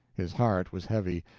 his heart was heavy,